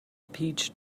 peach